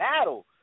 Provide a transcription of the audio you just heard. battle